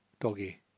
Doggy